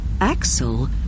Axel